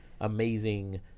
amazing